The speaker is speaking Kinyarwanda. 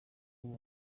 ubu